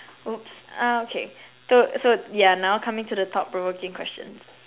oops uh okay so so we are now coming to the thought provoking questions